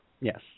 Yes